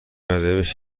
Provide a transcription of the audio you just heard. روشی